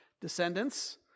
descendants